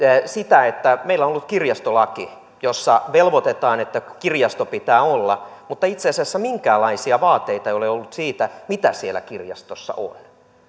kun meillä on ollut kirjastolaki jossa velvoitetaan että kirjasto pitää olla mutta itse asiassa minkäänlaisia vaateita ei ole ollut siitä mitä siellä kirjastossa on